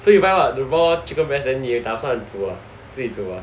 so you buy what raw chicken breast then 你也打算煮自己煮啊